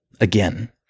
Again